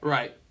Right